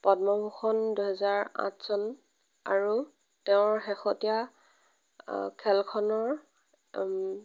পদ্মভূষণ দুহেজাৰ আঠ চন আৰু তেওঁৰ শেহতীয়া খেলখনৰ